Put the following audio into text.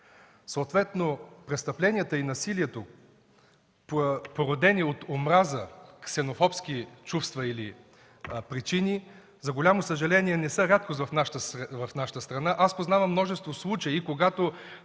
съответно престъплението и насилието, породени от омраза, ксенофобски чувства или причини, за голямо съжаление не са рядкост в нашата страна. Аз познавам множество случаи, когато